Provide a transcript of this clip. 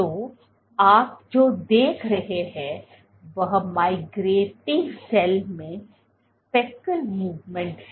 तो आप जो देख रहे हैं वह माइग्रेटिंग सेल में स्पेक्ल मूवमेंट है